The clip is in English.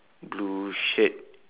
blue shirt